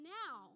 now